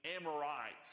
Amorites